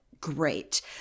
great